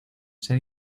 ser